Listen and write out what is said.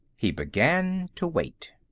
he began to wait.